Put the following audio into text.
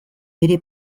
bere